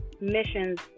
missions